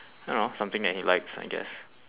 you know something that he likes I guess